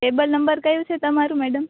table number કયું છે તમારું મેડમ